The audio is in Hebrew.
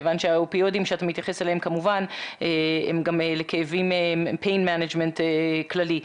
כיוון שהאופיואדים שאתה מתייחס אליהם כמובן הם גם pain management כללי.